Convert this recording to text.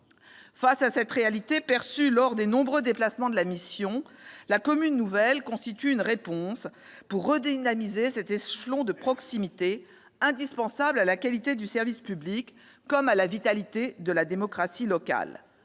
Face à cette réalité, perçue lors des nombreux déplacements de la mission, la commune nouvelle constitue une réponse pour redynamiser cet échelon de proximité indispensable à la qualité du service public comme à la vitalité de la démocratie locale.